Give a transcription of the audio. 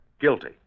Guilty